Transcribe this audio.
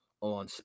on